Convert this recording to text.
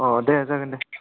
अ दे जागोन दे